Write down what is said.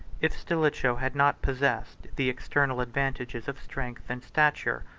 if stilicho had not possessed the external advantages of strength and stature,